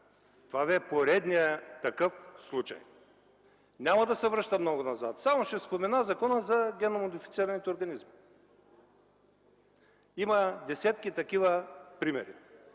Това ви е поредният такъв случай. Няма да се връщам много назад, само ще спомена Закона за генно модифицираните организми. Има десетки такива примери.